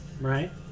right